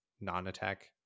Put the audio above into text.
non-attack